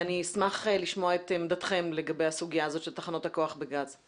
אני אשמח לשמוע את עמדתכם לגבי הסוגיה הזאת של תחנות הכוח בגז.